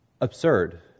absurd